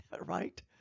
right